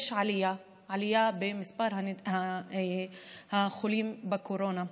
יש עלייה, עלייה במספר החולים בקורונה,